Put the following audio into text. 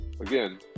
Again